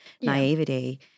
naivety –